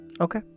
Okay